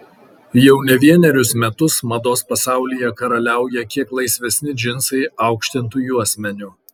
jau ne vienerius metus mados pasaulyje karaliauja kiek laisvesni džinsai aukštintu juosmeniu